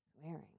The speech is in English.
swearing